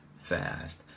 fast